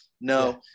No